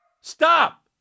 Stop